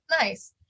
Nice